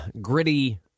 gritty